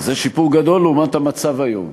זה שיפור גדול לעומת המצב היום.